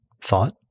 thought